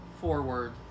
forward